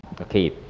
okay